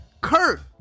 Kurt